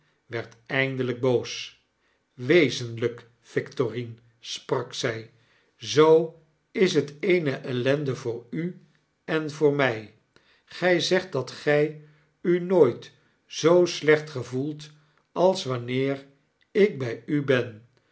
wezenlik victorine sprak zy zoo is het eene ellende voor u en voor my gy zegt dat gy u nooit zoo slecht gevoelt als wanneer ik bij u ben